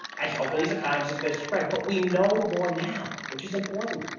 as you open these economies, it's going to spread, but we know more now, which is important.